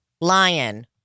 Lion